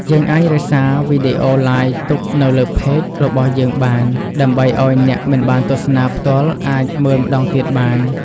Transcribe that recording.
យើងអាចរក្សារវីដេអូឡាយទុកនៅលើ Page របស់យើងបាន ដើម្បីឲ្យអ្នកមិនបានទស្សនាផ្ទាល់អាចមើលម្តងទៀតបាន។